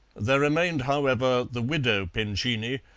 there remained, however, the widow pincini,